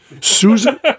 Susan